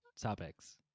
topics